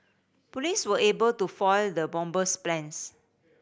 police were able to foil the bomber's plans